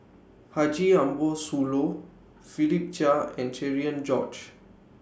Haji Ambo Sooloh Philip Chia and Cherian George